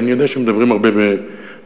אני יודע שמדברים הרבה על מעמדות,